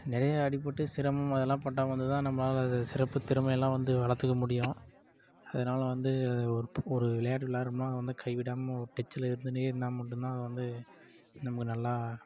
நிறைய அடிப்பட்டு சிரமம் அதெலாம் படாம இருந்துதான் நம்மளால அது சிறப்பு திறமையெலாம் வந்து வளர்த்துக்க முடியும் அதனால வந்து ஒரு ஒரு விளையாட்டு விளையாடுறோம்னா அது வந்து கை விடாமல் டச்சில் இருந்ததுன்னே இருந்தால் மட்டும்தான் வந்து நமக்கு நல்லா